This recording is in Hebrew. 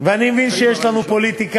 ואני מבין שיש לנו פוליטיקה,